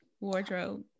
Wardrobe